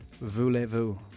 Voulez-vous